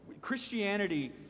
Christianity